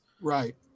Right